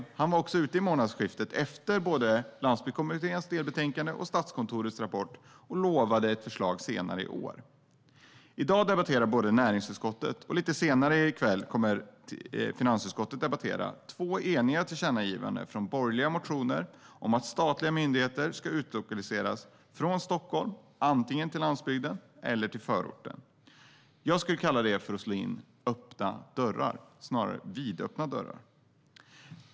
Civilminister Shekarabi var ute i månadsskiftet efter att Landsbygdskommitténs delbetänkande och Statskontorets rapport presenterats och lovade ett förslag senare i år. I dag debatterar både näringsutskottet och lite senare i kväll finansutskottet två eniga tillkännagivanden utifrån borgerliga motioner om att statliga myndigheter ska utlokaliseras från Stockholm antingen till landsbygden eller till förorten. Jag skulle kalla det för att slå in öppna dörrar - eller snarare vidöppna dörrar.